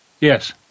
Yes